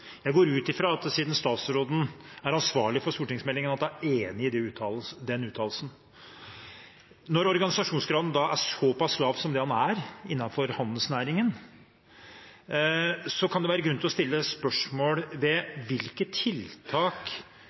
Jeg går ut ifra, siden statsråden er ansvarlig for stortingsmeldingen, at han er enig i den uttalelsen. Når organisasjonsgraden da er såpass lav som den er innenfor handelsnæringen, kan det være grunn til å stille spørsmålene: Hvilke tiltak